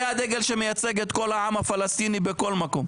זה הדגל שמייצג את כל העם הפלסטיני בכל מקום,